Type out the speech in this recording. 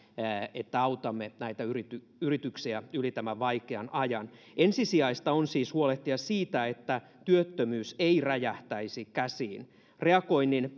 että autamme näitä yrityksiä yli tämän vaikean ajan ensisijaista on siis huolehtia siitä että työttömyys ei räjähtäisi käsiin reagoinnin